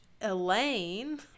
Elaine